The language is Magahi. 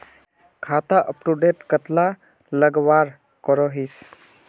खाता अपटूडेट कतला लगवार करोहीस?